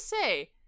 say